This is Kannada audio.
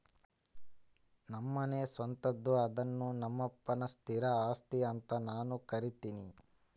ನಮ್ಮನೆ ಸ್ವಂತದ್ದು ಅದ್ನ ನಮ್ಮಪ್ಪನ ಸ್ಥಿರ ಆಸ್ತಿ ಅಂತ ನಾನು ಕರಿತಿನಿ